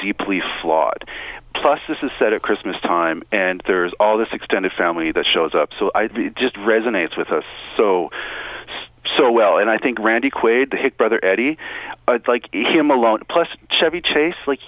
deeply flawed plus this is set at christmas time and there's all this extended family that shows up so i just resonates with us so so well and i think randy quaid his brother eddie like him alone plus chevy chase like